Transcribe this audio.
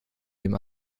dem